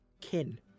Kin